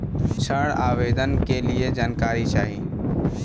ऋण आवेदन के लिए जानकारी चाही?